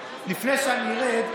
לפני שארד,